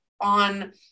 on